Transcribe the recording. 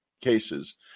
cases